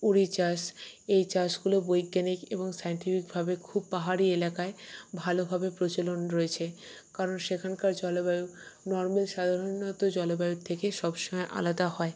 উরি চাষ এই চাষগুলো বৈজ্ঞানিক এবং সাইন্টিফিকভাবে খুব পাহাড়ি এলাকায় ভালোভাবে প্রচলন রয়েছে কারণ সেখানকার জলবায়ু নর্মাল সাধারণ জলবায়ুর থেকে সবসময় আলাদা হয়